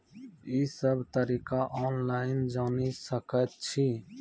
ई सब तरीका ऑनलाइन जानि सकैत छी?